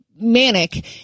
manic